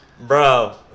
bro